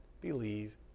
believe